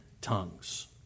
tongues